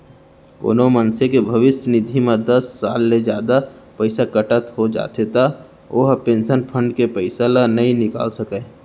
कोनो मनसे के भविस्य निधि म दस साल ले जादा पइसा कटत हो जाथे त ओ ह पेंसन फंड के पइसा ल नइ निकाल सकय